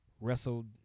wrestled